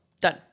Done